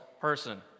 person